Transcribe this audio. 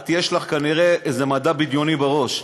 את, יש לך כנראה איזה מדע בדיוני בראש.